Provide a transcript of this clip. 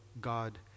God